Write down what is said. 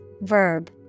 verb